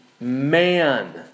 man